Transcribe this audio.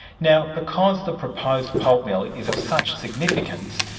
now because the proposed pulp mill is of such significance,